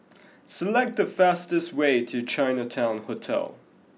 select the fastest way to Chinatown Hotel